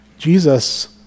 Jesus